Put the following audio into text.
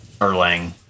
Erlang